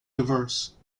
diverse